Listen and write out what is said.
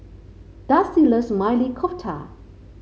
Dusty loves Maili Kofta